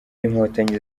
inkotanyi